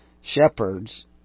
shepherds